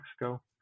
Mexico